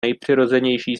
nejpřirozenější